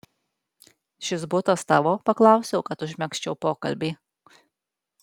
šis butas tavo paklausiau kad užmegzčiau pokalbį